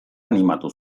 animatu